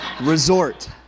resort